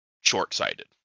short-sighted